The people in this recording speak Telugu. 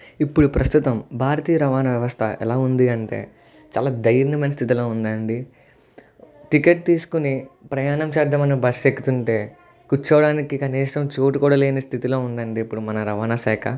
ఇప్పుడు ప్రస్తుతం భారతీయ రవాణా వ్యవస్థ ఎలా ఉంది అంటే చాలా దారుణమైన స్థితిలో ఉంది అండి టికెట్ తీసుకోని ప్రయాణం చేద్దామని బస్ ఎక్కుతూ ఉంటే కూర్చోవడానికి కనీసం చోటు కూడా లేని స్థితిలో ఉంది అండి ఇప్పుడు మన రవాణా శాఖ